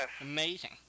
amazing